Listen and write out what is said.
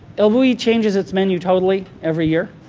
el bulli changes its menu totally every year.